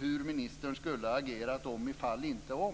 hur ministern skulle ha agerat om, ifall inte.